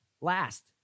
last